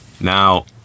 Now